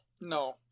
No